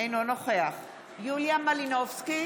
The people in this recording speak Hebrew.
אינו נוכח יוליה מלינובסקי,